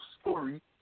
story